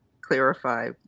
clarify